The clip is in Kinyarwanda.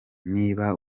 niba